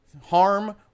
harm